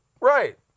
Right